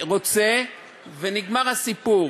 רוצה ונגמר הסיפור.